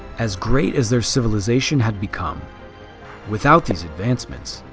as great as their civilization had become without these advancements,